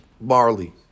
barley